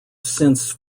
since